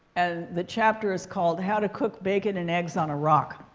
and the chapter is called how to cook bacon and eggs on a rock.